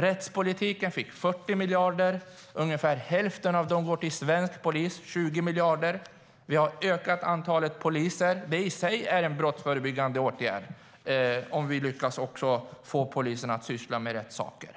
rättspolitiken fick 40 miljarder. Ungefär hälften av dem, 20 miljarder, går till svensk polis. Antalet poliser har ökat. Det är i sig en brottsförebyggande åtgärd - om vi får polisen att syssla med rätt saker.